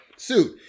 suit